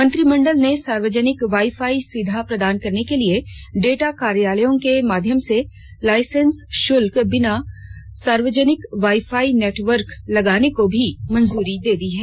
मंत्रिमंडल ने सार्वजनिक वाई फाई सुविधा प्रदान करने के लिए डेटा कार्यालयों के माध्यम से लाइसेंस शुल्क के बिना सार्वजनिक वाई फाई नेटवर्क लगाने को भी मंजूरी दे दी है